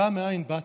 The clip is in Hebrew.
דע מאין באת.